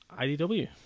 IDW